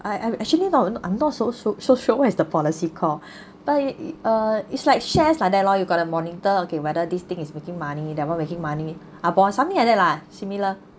I am actually not I'm not su~ so sure what's the policy called but it~ uh it's like shares like that lor you got to monitor okay whether this thing is making money that one making money ah bos~ something like that lah similar